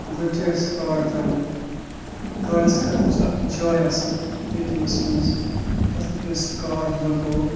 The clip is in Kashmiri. گۄڈٕ چھِ اَسہِ کاڈ ترٛاوَن کاڈَس خٲطرٕ چھِ اَکھ جاے آسان اے ٹی اٮ۪مَس منٛز تَتھ یژ پھِر اَسہِ کاڈ لَگوٚو